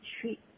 treat